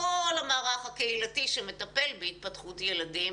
בכל המערך הקהילתי שמטפל בהתפתחות ילדים,